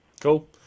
Cool